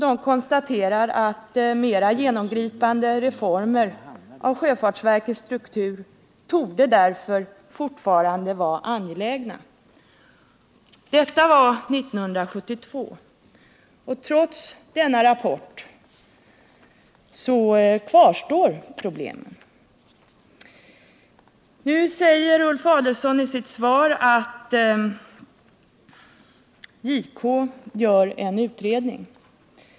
Det konstateras att mera genomgripande reformer av sjöfartsverkets struktur därför borde ”fortfarande vara angelägna.” Detta var alltså 1972. Trots denna rapport kvarstår problemen. Nu säger Ulf Adelsohn i sitt svar att JK gör en utredning.